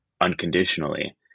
unconditionally